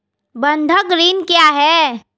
बंधक ऋण क्या है?